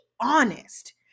honest